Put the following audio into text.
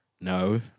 no